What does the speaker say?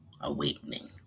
awakening